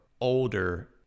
older